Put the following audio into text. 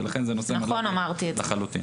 ולכן זה נושא מל"ג לחלוטין.